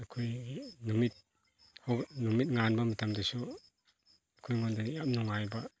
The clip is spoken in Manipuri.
ꯑꯩꯈꯣꯏꯒꯤ ꯅꯨꯃꯤꯠ ꯅꯨꯃꯤꯠ ꯅꯨꯃꯤꯠ ꯉꯥꯟꯕ ꯃꯇꯝꯗꯁꯨ ꯑꯩꯈꯣꯏꯉꯣꯟꯗ ꯌꯥꯝ ꯅꯨꯡꯉꯥꯏꯕ